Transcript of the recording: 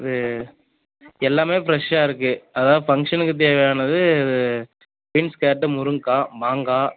ரே எல்லாமே ஃப்ரெஷ்ஷாக இருக்கு அதாவது ஃபங்க்ஷனுக்கு தேவையானது பீன்ஸ் கேரட்டு முருங்கக்காய் மாங்காய்